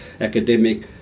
academic